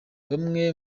bamwe